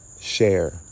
share